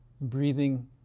breathing